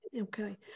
Okay